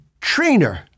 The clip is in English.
trainer